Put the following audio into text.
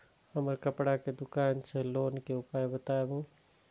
हमर कपड़ा के दुकान छै लोन के उपाय बताबू?